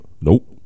Nope